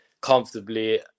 comfortably